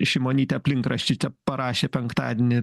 šimonytė aplink rašyčia parašė penktadienį